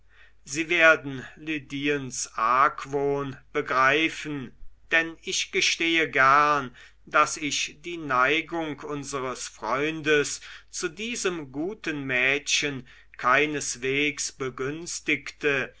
sie werden lydiens argwohn begreifen denn ich gestehe gern daß ich die neigung unseres freundes zu diesem guten mädchen keineswegs begünstigte